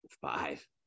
Five